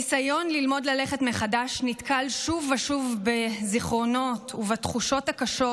הניסיון ללמוד ללכת מחדש נתקל שוב ושוב בזיכרונות ובתחושות הקשות